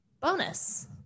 bonus